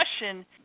question